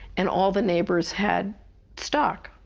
and all the neighbors had stock.